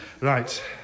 Right